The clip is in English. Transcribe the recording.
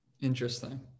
Interesting